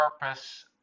purpose